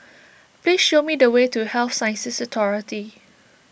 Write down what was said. please show me the way to Health Sciences Authority